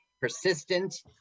persistent